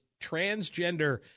transgender